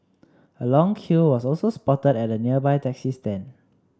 a long queue was also spotted at the nearby taxi stand